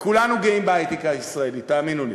וכולנו גאים בהיי-טק הישראלי, תאמינו לי,